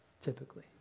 typically